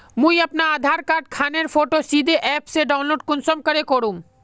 मुई अपना आधार कार्ड खानेर फोटो सीधे ऐप से डाउनलोड कुंसम करे करूम?